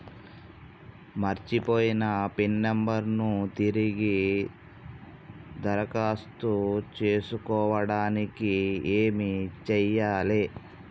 మర్చిపోయిన PIN number ను తిరిగి దరఖాస్తు చేసుకోవడానికి ఏమి చేయాలే?